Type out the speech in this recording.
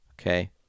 okay